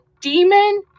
demon